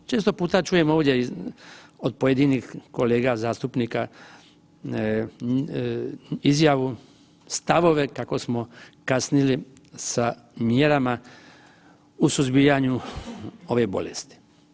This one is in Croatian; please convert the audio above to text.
Često puta čujem ovdje od pojedinih kolega zastupnika izjavu, stavove kako smo kasnili sa mjerama u suzbijanju ove bolesti.